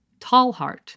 Tallheart